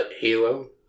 halo